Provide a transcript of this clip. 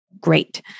great